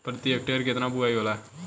प्रति हेक्टेयर केतना बुआई होला?